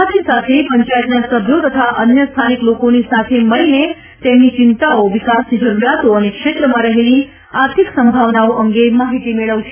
સાથે સાથે પંચાયતના સભ્યો તથા અન્ય સ્થાનિક લોકોની સાથે મળીને તેમની ચિંતાઓ વિકાસની જરૂરિયાતો અને ક્ષેત્રમાં રહેલી આર્થિક સંભાવનાઓ અંગે માહીતી મેળવશે